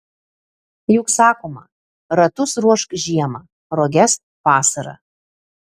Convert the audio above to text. juk sakoma ratus ruošk žiemą roges vasarą